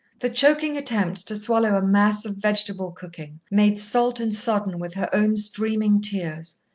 the choking attempts to swallow a mass of vegetable cooking, made salt and sodden with her own streaming tears,